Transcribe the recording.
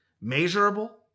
measurable